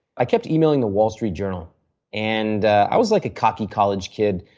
i kept emailing the wall street journal and i was like a cocky college kid,